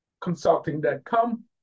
Consulting.com